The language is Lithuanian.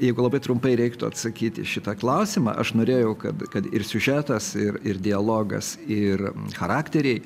jeigu labai trumpai reiktų atsakyt į šitą klausimą aš norėjau kad kad ir siužetas ir ir dialogas ir charakteriai